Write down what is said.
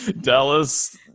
dallas